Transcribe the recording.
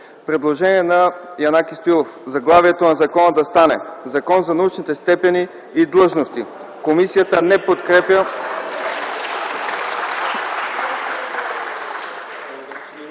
предложение на Янаки Стоилов – заглавието на закона да стане: „Закон за научните степени и длъжности”. Комисията не подкрепя